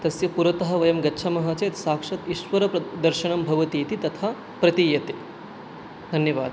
तस्य पुरतः वयं गच्छामः चेत् साक्षात् ईश्वर पर् दर्शनं भवति इति तथा प्रतीयते धन्यवादः